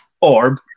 orb